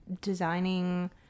designing